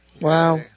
Wow